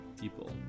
people